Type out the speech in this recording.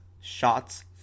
shots